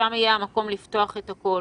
שם יהיה המקום לפתוח את הכול.